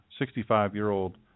65-year-old